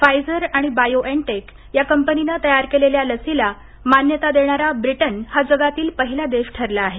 Pfizer आणि BioNTech या कंपनीनं तयार केलेल्या लसीला मान्यता देणारा ब्रिटन हा जगातील पहिला देश ठरला आहे